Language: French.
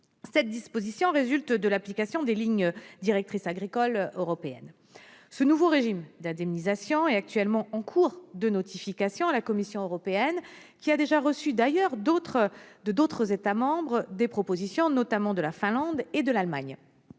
Cette disposition résulte de l'application des lignes directrices agricoles européennes. Le nouveau régime d'indemnisation est en cours de notification à la Commission européenne, qui a déjà reçu les propositions d'autres États membres, notamment la Finlande et l'Allemagne.